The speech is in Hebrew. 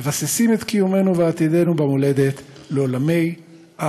מבססים את קיומנו ועתידנו במולדת לעולמי-עד.